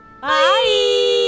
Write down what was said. Bye